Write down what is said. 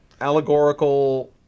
allegorical